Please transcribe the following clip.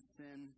sin